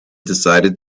decided